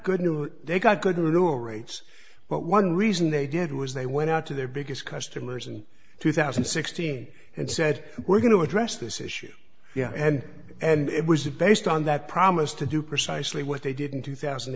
good news they got good little rates but one reason they did was they went out to their biggest customers in two thousand and sixteen and said we're going to address this issue yeah and and it was based on that promise to do precisely what they did in two thousand